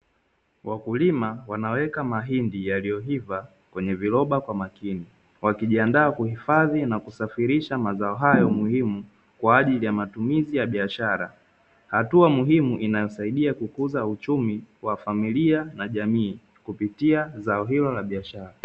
Wakulima wanaweka mahindi yaliyoiva kwenye viroba kwa makini wakijiandaa kuhifadhi na kusafirisha mazao hayo muhimu kwa ajili ya matumizi ya biashara hatua muhimu inasaidia kukuza uchumi wa familia na jamii kupitia zao la biashara.